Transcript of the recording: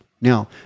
Now